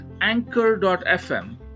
anchor.fm